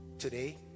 today